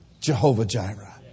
Jehovah-Jireh